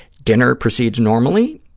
dinner proceeds normally.